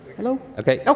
hello. okay.